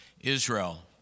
Israel